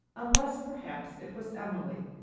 unless, perhaps, it was emily,